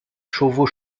chauveau